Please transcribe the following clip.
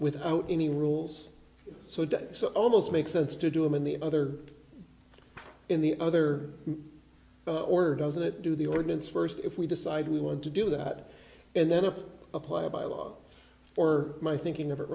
without any rules so do so almost makes sense to do in the other in the other or doesn't it do the ordinance first if we decide we want to do that and then i apply by law for my thinking of it